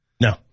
No